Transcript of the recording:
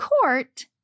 court